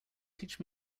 teach